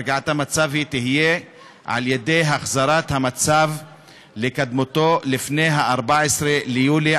הרגעת המצב תהיה על ידי החזרת המצב לקדמותו לפני ה-14 ביולי,